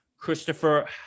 Christopher